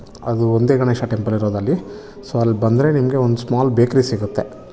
ಅದು ಒಂದೇ ಗಣೇಶ ಟೆಂಪಲ್ ಇರೋದು ಅಲ್ಲಿ ಸೊ ಅಲ್ಲಿ ಬಂದರೆ ನಿಮಗೆ ಒಂದು ಸ್ಮಾಲ್ ಬೇಕ್ರಿ ಸಿಗುತ್ತೆ